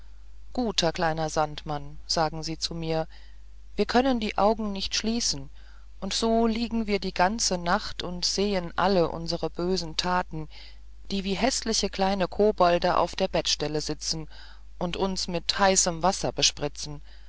guter kleiner sandmann sagen sie zu mir wir können die augen nicht schließen und so liegen wir die ganze nacht und sehen alle unsere bösen thaten die wie häßliche kleine kobolde auf der bettstelle sitzen und uns mit heißem wasser bespritzen